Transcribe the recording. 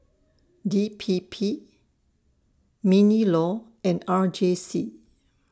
D P P MINLAW and R J C